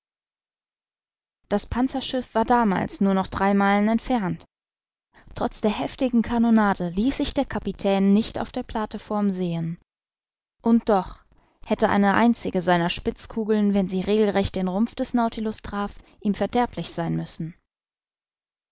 das panzerschiff war damals nur noch drei meilen entfernt trotz der heftigen kanonade ließ sich der kapitän nicht auf der plateform sehen und doch hätte eine einzige seiner spitzkugeln wenn sie regelrecht den rumpf des nautilus traf ihm verderblich sein müssen